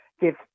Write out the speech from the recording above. give